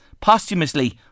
posthumously